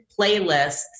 playlists